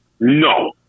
No